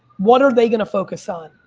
what are they gonna focus on?